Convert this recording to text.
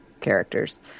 characters